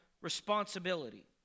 responsibility